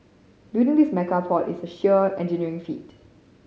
building this mega port is a sheer engineering feat